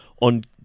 on